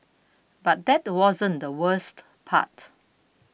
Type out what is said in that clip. but that wasn't the worst part